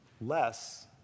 less